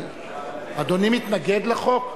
אדוני מתנגד לחוק?